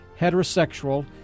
heterosexual